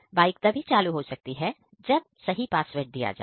bike तभी ही चालू हो सकती है जब सही पासवर्ड दिया जाए